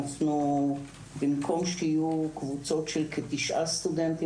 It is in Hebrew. במקום שיהיו קבוצות של כתשעה סטודנטים,